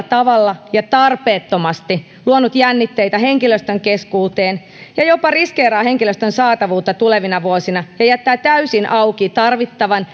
tavalla ja tarpeettomasti luonut jännitteitä henkilöstön keskuuteen ja jopa riskeeraa henkilöstön saatavuutta tulevina vuosina ja jättää täysin auki tarvittavan